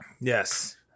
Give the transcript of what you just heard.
Yes